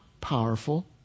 powerful